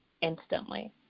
instantly